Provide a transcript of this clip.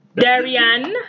Darian